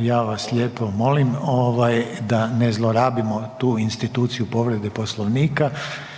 ja vas lijepo molim da ovaj ne zlorabimo tu instituciju povrede Poslovnika